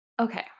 Okay